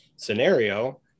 scenario